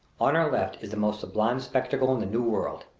on our left is the most sublime spectacle in the new world.